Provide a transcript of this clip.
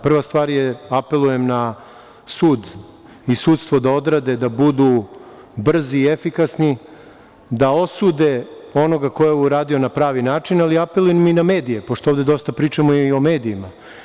Prva stvar, apelujem na sud i sudstvo da odrade, da budu brzi i efikasni, da osude onoga ko je uradio na pravi način, ali apelujem i na medije, pošto ovde dosta pričamo i o medijima.